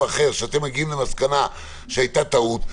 אחר שאתם מגיעים למסקנה שהייתה טעות,